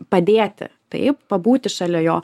padėti taip pabūti šalia jo